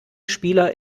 spieler